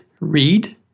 Read